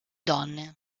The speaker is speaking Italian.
donne